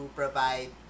provide